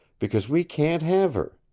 because we can't have her.